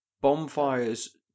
bonfires